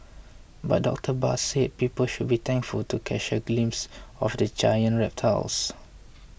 but Doctor Barr said people should be thankful to catch a glimpse of the giant reptiles